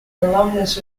alumnus